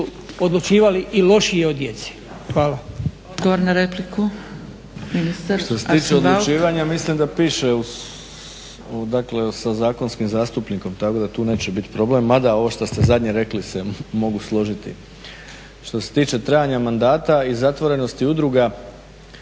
odlučivali i lošije od djece. Hvala.